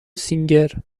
سینگر